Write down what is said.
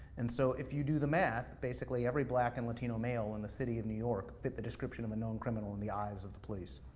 and so, if you do the math, basically every black and latino male in and the city of new york fit the description of a known criminal in the eyes of the police.